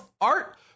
art